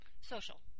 Social